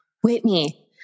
Whitney